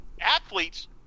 athletes